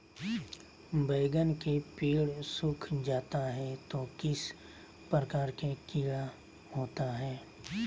बैगन के पेड़ सूख जाता है तो किस प्रकार के कीड़ा होता है?